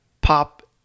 pop